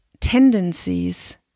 tendencies